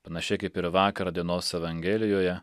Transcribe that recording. panašiai kaip ir vakar dienos evangelijoje